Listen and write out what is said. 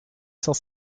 cent